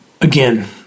Again